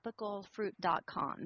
tropicalfruit.com